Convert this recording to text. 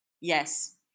yes